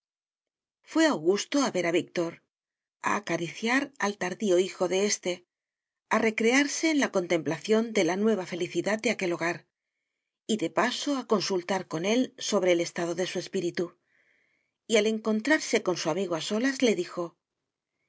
augusto a ver a víctor a acariciar al tardío hijo de éste a recrearse en la contemplación de la nueva felicidad de aquel hogar y de paso a consultar con él sobre el estado de su espíritu y al encontrarse con su amigo a solas le dijo